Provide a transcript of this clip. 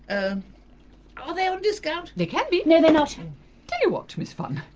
and ah they on discount? they can be no they're not! tell you what, miss funn,